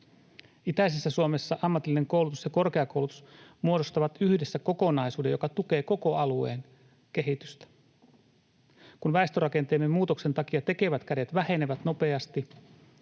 Itäisessä Suomessa ammatillinen koulutus ja korkeakoulutus muodostavat yhdessä kokonaisuuden, joka tukee koko alueen kehitystä. Kun väestörakenteemme muutoksen takia tekevät kädet vähenevät nopeasti